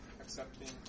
accepting